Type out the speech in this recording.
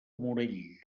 morell